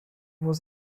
was